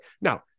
Now